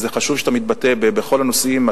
וחשוב שאתה מתבטא בכל הנושאים.